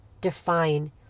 define